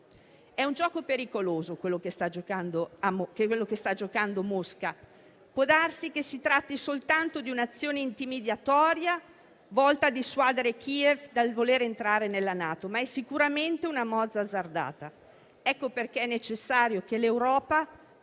È un gioco pericoloso quello che sta giocando Mosca; può darsi che si tratti soltanto di un'azione intimidatoria volta a dissuadere Kiev dal voler entrare nella NATO, ma è sicuramente una mossa azzardata. Ecco perché è necessario che l'Europa